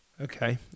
Okay